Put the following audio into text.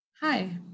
Hi